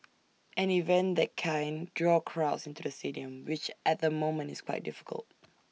an event that kind draw crowds into the stadium which at the moment is quite difficult